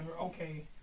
okay